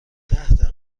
دقیقه